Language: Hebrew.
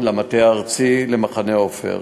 במטה הארצי ולמחנה "עופר".